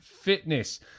fitness